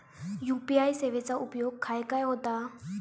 UPI सेवेचा उपयोग खाय खाय होता?